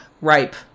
Ripe